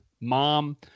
mom